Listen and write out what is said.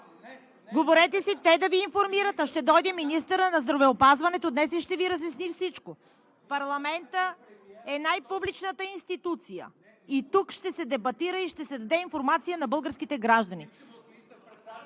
Говорете си – те да Ви информират, а днес ще дойде министърът на здравеопазването и ще Ви разясни всичко! Парламентът е най-публичната институция – тук ще се дебатира и ще се даде информация на българските граждани!